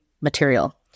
material